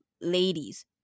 ladies